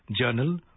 journal